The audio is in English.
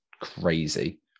crazy